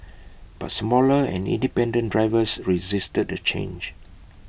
but smaller and independent drivers resisted the change